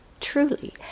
truly